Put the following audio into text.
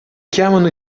chiamano